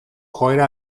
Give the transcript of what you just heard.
joera